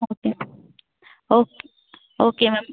okay okay okay ma'am